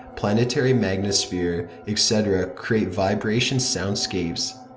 planetary magnetosphere etc. create vibration soundscapes.